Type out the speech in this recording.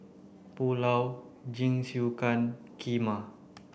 Pulao Jingisukan Kheema